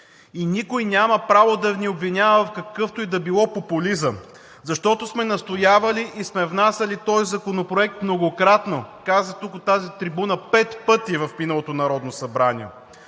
и никой няма право да ни обвинява в какъвто и да било популизъм, защото сме настоявали и сме внасяли този законопроект многократно, казах тук от тази трибуна, пет пъти в миналото Народно събрание.